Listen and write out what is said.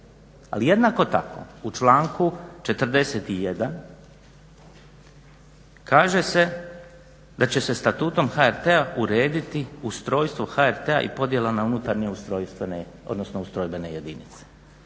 jednako tako u članku 41. kaže se da će se Statutom HRT-a urediti ustrojstvo HRT-a i podjela na unutarnje ustrojstvene,